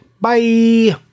bye